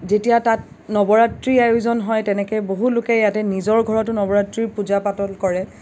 যেতিয়া তাত নৱৰাত্ৰি আয়োজন হয় তেনেকে বহুলোকে ইয়াতে নিজৰ ঘৰতো নৱৰাত্ৰিৰ পূজা পাতল কৰে